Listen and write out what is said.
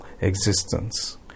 existence